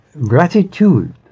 gratitude